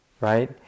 right